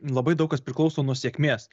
labai daug kas priklauso nuo sėkmės